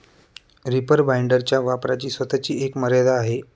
reaper बाइंडरच्या वापराची स्वतःची एक मर्यादा आहे